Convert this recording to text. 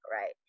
right